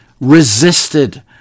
resisted